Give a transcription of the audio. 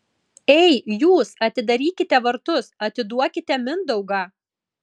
ei jūs atidarykite vartus atiduokite mindaugą